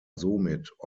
somit